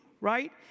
right